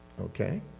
okay